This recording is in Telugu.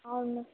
అవును